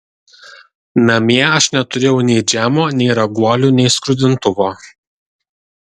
namie aš neturėjau nei džemo nei raguolių nei skrudintuvo